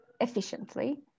efficiently